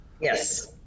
Yes